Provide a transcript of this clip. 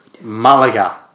Malaga